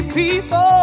people